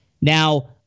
Now